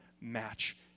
match